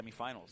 semifinals